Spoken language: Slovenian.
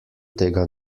tega